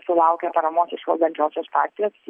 sulaukė paramos iš valdančiosios partijos